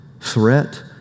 threat